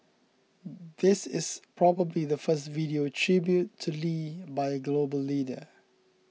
this is probably the first video tribute to Lee by a global leader